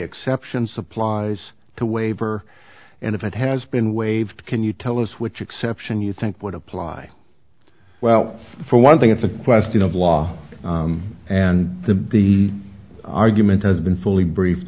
exceptions supplies to waver and if it has been waived can you tell us which exception you think would apply well for one thing it's a question of law and the the argument has been fully brief